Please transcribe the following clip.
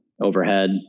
overhead